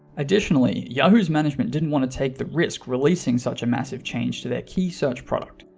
additionally, yahoo's management didn't want to take the risk releasing such a massive change to their key search product,